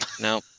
no